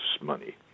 money